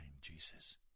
Jesus